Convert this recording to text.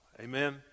Amen